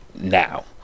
now